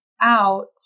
out